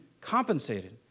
compensated